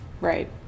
right